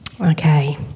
okay